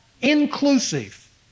inclusive